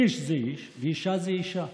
איש זה איש ואישה זה אישה.